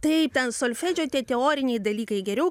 taip ten solfedžio tie teoriniai dalykai geriau